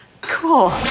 Cool